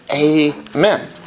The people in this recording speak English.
Amen